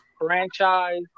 franchise